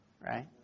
Right